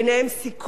חשיפה,